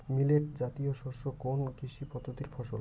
Millet জাতীয় শস্য কোন কৃষি পদ্ধতির ফসল?